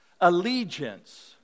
allegiance